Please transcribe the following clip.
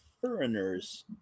foreigners